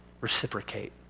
reciprocate